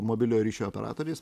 mobiliojo ryšio operatoriais